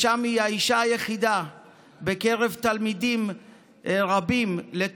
ושם היא האישה היחידה בקרב תלמידי תלמוד רבים.